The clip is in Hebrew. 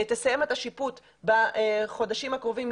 תסיים את השיפוט בחודשים הקרובים,